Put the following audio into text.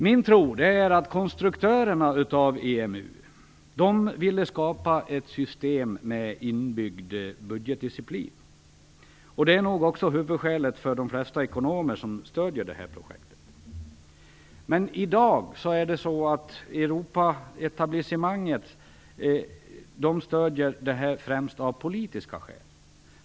Min tro är att konstruktörerna av EMU ville skapa ett system med inbyggd budgetdisciplin. Det är nog också huvudskälet för de flesta ekonomer som stöder det här projektet. Men i dag stöder Europaetablissemanget detta främst av politiska skäl.